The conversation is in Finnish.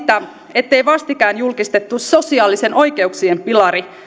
sitä ettei vastikään julkistettu sosiaalisten oikeuksien pilari